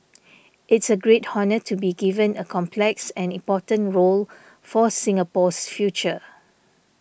it's a great honour to be given a complex and important role for Singapore's future